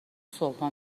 صبحها